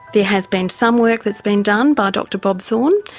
there has been some work that's been done by dr bob thorne,